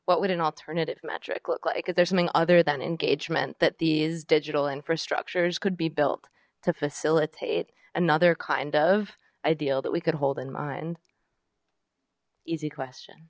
what would an alternative metric look like if there's something other than engagement that these digital infrastructures could be built to facilitate another kind of ideal that we could hold in mind easy question